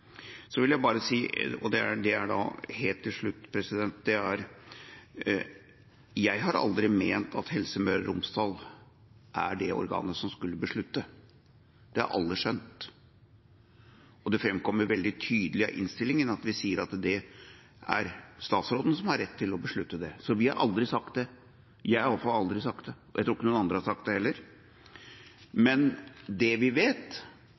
Så vil jeg bare si helt til slutt at jeg har aldri ment at Helse Møre og Romsdal er det organet som skulle beslutte. Det har alle skjønt. Og det framkommer veldig tydelig av innstillinga at vi sier at det er statsråden som har rett til å beslutte det. Så vi har aldri sagt det. Jeg har iallfall aldri sagt det, og jeg tror ikke noen andre har sagt det heller. Men det vi vet,